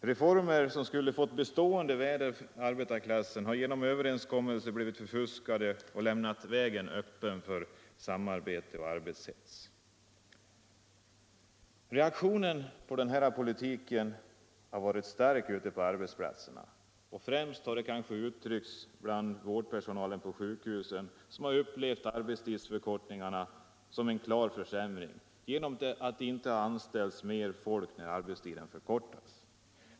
Reformer som skulle ha fått bestående värde för arbetarklassen har genom överenskommelser blivit förfuskade och lämnat vägen öppen för samarbete och arbetshets. Reaktionen på denna politik har varit stark ute på arbetsplatserna. Främst har den kanske kommit till uttryck bland vårdpersonalen på sjukhusen som har upplevt arbetstidsförkortningarna som en klar försämring genom att det inte anställs mer folk när arbetstiden förkortas.